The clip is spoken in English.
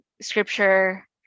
scripture